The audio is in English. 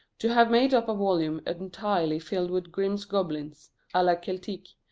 to have made up a volume entirely filled with grimm's goblins a la celtique.